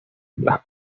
las